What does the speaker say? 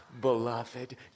beloved